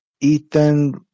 Ethan